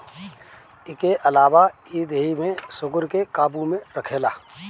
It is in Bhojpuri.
इके अलावा इ देहि में शुगर के काबू में रखेला